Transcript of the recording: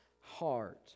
heart